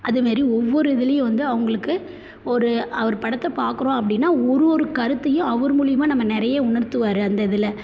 அது மாதிரி ஒவ்வொரு இதுலேயும் வந்து அவங்களுக்கு ஒரு அவர் படத்தை பார்க்குறோம் அப்படின்னா ஒரு ஒரு கருத்தையும் அவர் மூலிமா நம்ம நிறையா உணர்த்துவார் அந்த இதில்